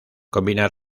combina